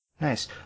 Nice